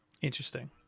Interesting